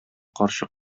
карчык